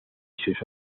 sus